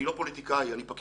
אני לא פוליטיקאי, אני פקיד.